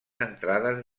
entrades